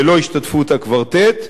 ללא השתתפות הקוורטט.